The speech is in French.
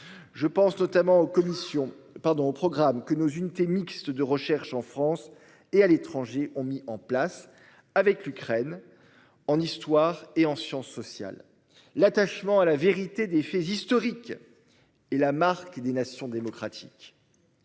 commissions pardon programme que nos unités mixtes de recherche en France et à l'étranger ont mis en place avec l'Ukraine en histoire et en sciences sociales, l'attachement à la vérité des faits historiques. Et la marque et des nations démocratiques.